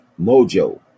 Mojo